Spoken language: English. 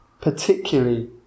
particularly